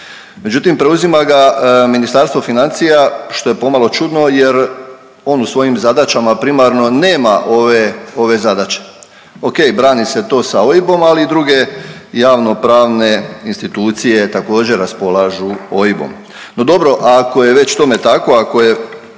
Međutim, preuzima ga Ministarstvo financija što je pomalo čudno jer on u svojim zadaćama primarno nema ove zadaće. O.k. brani se to sa OIB-om, ali i druge javno-pravne institucije također raspolažu OIB-om. No dobro, ako je već tome tako, ako je